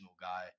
guy